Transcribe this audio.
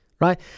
right